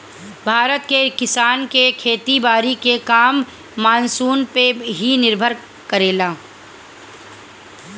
भारत के किसान के खेती बारी के काम मानसून पे ही निर्भर करेला